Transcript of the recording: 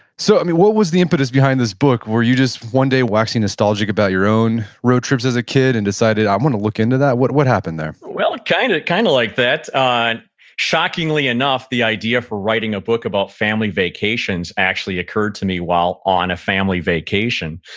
so i mean, what was the impetus behind this book? were you just one day waxing nostalgic about your own road trips as a kid and decided, i want to look into that. what what happened there? well, and kind of kind of like that. shockingly shockingly enough, the idea for writing a book about family vacations actually occurred to me while on a family vacation.